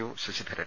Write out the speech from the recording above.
O Sasidharan